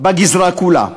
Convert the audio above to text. בגזרה כולה.